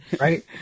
Right